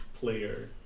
player